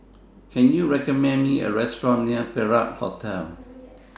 Can YOU recommend Me A Restaurant near Perak Hotel